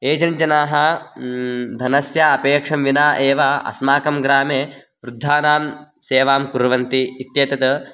एजेण्ट्जनाः धनस्य अपेक्षां विना एव अस्माकं ग्रामे वृद्धानां सेवां कुर्वन्ति इत्येतत्